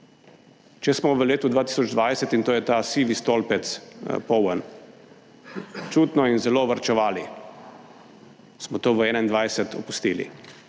Če smo v letu 2020, in to je ta sivi stolpec poln, občutno in zelo varčevali, smo to v 2021 opustili,